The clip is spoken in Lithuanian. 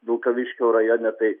vilkaviškio rajone tai